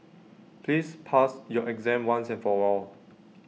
please pass your exam once and for all